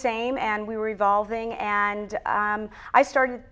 same and we were evolving and i started